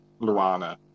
Luana